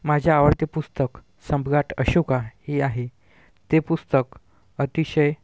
माझे आवडते पुस्तक सम्राट अशोका हे आहे ते पुस्तक अतिशय